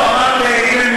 לא, אמרת: אם הם נמצאים,